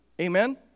Amen